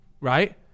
right